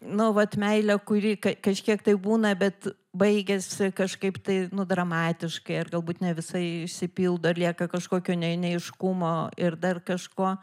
nu vat meilė kuri kažkiek tai būna bet baigiasi kažkaip tai dramatiškai ar galbūt ne visa išsipildo lieka kažkokio ne neaiškumo ir dar kažko